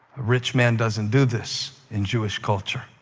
rich man doesn't do this in jewish culture,